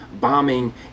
bombing